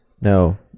No